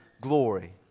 glory